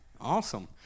awesome